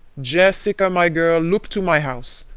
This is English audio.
jessica, my girl, look to my house.